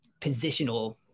positional